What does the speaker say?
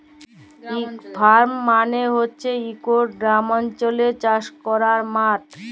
farm মালে হছে ইকট গেরামাল্চলে চাষ ক্যরার মাঠ